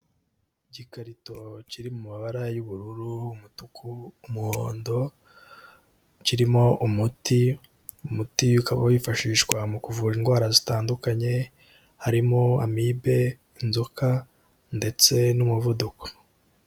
Igikarito kiri mu mabara y'ubururu, umutuku, umuhondo kirimo umuti, umuti ukaba wifashishwa mu kuvura indwara zitandukanye harimo amibe, inzoka ndetse n'umuvuduko.